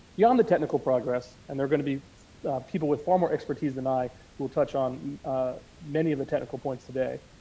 you on the technical progress and they're going to be people with far more expertise than i will touch on many of the technical points today.